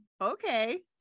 Okay